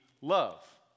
love